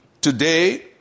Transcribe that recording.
today